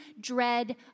dread